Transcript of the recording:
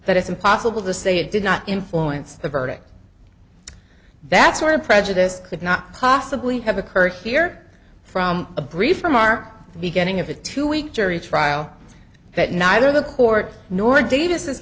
that it's impossible to say it did not influence the verdict that's where prejudice could not possibly have occurred here from a brief from our beginning of a two week jury trial that neither the court nor da